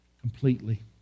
completely